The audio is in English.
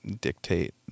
dictate